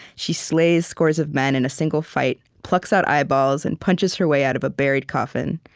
she slays scores of men in a single fight, plucks out eyeballs, and punches her way out of a buried coffin.